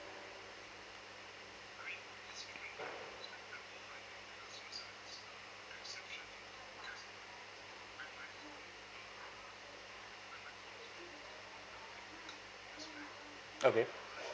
okay